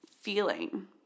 feeling